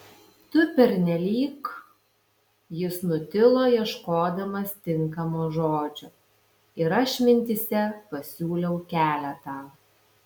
tu pernelyg jis nutilo ieškodamas tinkamo žodžio ir aš mintyse pasiūliau keletą